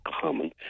common